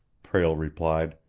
prale replied.